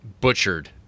butchered